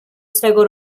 swego